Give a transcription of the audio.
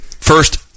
first